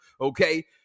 Okay